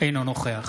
אינו נוכח